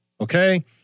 Okay